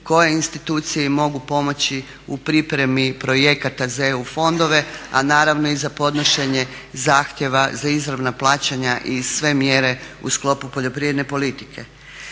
koje institucije im mogu pomoći u pripremi projekata za EU fondove, a naravno i za podnošenje zahtjeva za izravna plaćanja i sve mjere u sklopu poljoprivredne politike.